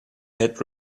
had